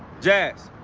jazz,